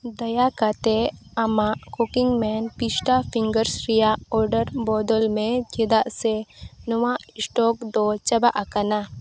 ᱫᱟᱭᱟ ᱠᱟᱛᱮᱫ ᱟᱢᱟᱜ ᱠᱩᱠᱤᱝᱢᱮᱱ ᱯᱤᱥᱴᱟ ᱯᱷᱤᱝᱜᱟᱨᱥ ᱨᱮᱭᱟᱜ ᱚᱰᱟᱨ ᱵᱚᱫᱚᱞ ᱢᱮ ᱪᱮᱫᱟᱜ ᱥᱮ ᱱᱚᱣᱟ ᱥᱴᱚᱠᱫᱚ ᱪᱟᱵᱟ ᱟᱠᱟᱱᱟ